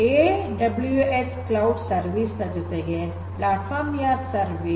A W S cloud service ನ ಜೊತೆಗೆ platform as a service